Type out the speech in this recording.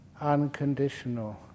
unconditional